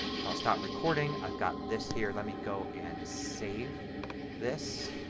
so i'll stop recording. i've got this here. let me go and save this